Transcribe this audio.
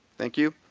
thank you.